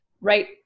right